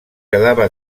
quedava